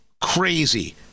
crazy